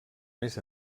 més